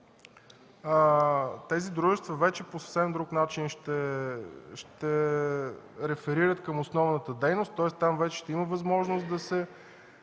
тези дружества вече по съвсем друг начин ще реферират към основната дейност, тоест там вече ще има възможност да се